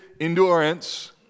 endurance